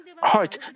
Heart